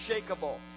unshakable